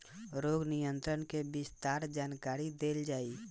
रोग नियंत्रण के विस्तार जानकरी देल जाई?